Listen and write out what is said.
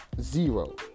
zero